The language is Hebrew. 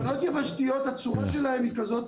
ההגנות היבשתיות הצורה שלהן היא כזאת,